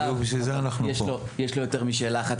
יש לו יותר משאלה אחת,